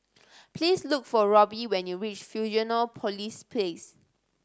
please look for Robbie when you reach Fusionopolis Place